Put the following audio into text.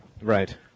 Right